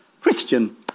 Christian